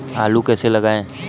आलू कैसे लगाएँ?